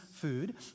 food